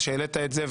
על שהעלית את זה,